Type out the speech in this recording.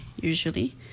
usually